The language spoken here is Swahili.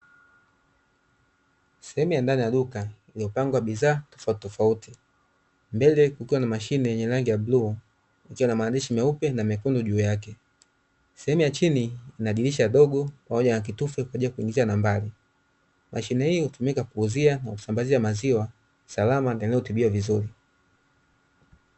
Sehemu ya ndani ya duka imepandwa bidhaa tofautitofauti, mbele kukiwa na mashine yenye rangi ya bluu, ikiwa na maandishi meupe na mekundu juu yake; sehemu ya chini inadirisha dogo pamoja na kitufe kwa ajili ya kuingizia nambari. Mashine hii hutumika kuuzia na kusambazia maziwa salama yanayotibiwa vizuri.